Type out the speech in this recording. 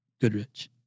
Goodrich